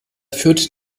führt